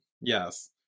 Yes